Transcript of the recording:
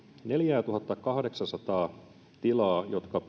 neljäätuhattakahdeksaasataa tilaa jotka